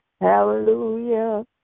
Hallelujah